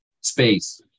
Space